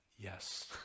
yes